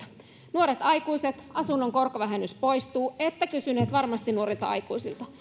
nuorilta aikuisilta asunnon korkovähennys poistuu ette kysyneet varmasti nuorilta aikuisilta